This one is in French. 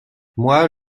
moi